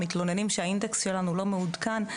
מתלוננים שהאינדקס שלנו לא מעודכן,